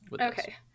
okay